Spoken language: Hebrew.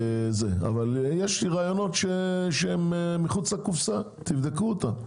אבל יש רעיונות שהם מחוץ לקופסא, תבדקו אותם.